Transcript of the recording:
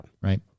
right